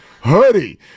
hoodie